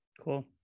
Cool